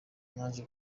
naje